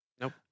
Nope